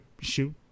shoot